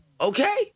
Okay